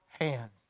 hand